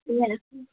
त्यही भएर के